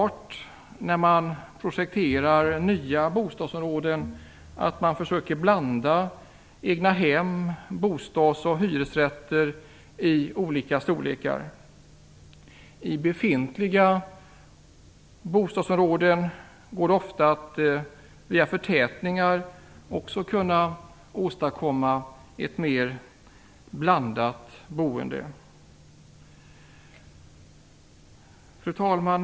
När man projekterar nya bostadsområden är det självklart viktigt att man försöker blanda egnahem, bostads och hyresrätter i olika storlekar. I befintliga bostadsområden går det ofta att genom förtätningar av bebyggelsen åstadkomma ett mer blandat boende. Fru talman!